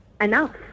Enough